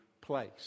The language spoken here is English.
place